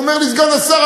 והוא אומר לי: סגן השר,